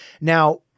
Now